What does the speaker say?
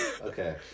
Okay